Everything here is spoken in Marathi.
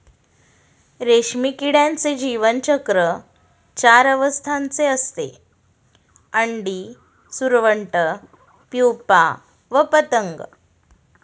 रेशीम किड्याचे जीवनचक्र चार अवस्थांचे असते, अंडी, सुरवंट, प्युपा व पतंग